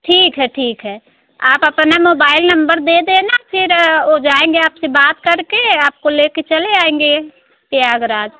ठीक है ठीक है आप अपना मोबाइल नम्बर दे देना फ़िर वह जाएँगे आप से बात करके आपको लेकर चले आएँगे प्रयागराज